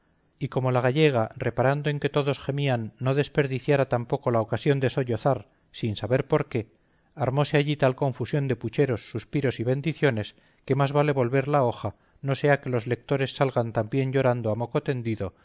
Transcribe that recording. y como la gallega reparando en que otros gemían no desperdiciara tampoco la ocasión de sollozar sin saber por qué armose allí tal confusión de pucheros suspiros y bendiciones que más vale volver la hoja no sea que los lectores salgan también llorando a moco tendido